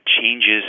changes